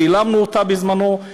צילמנו אותה בזמנו,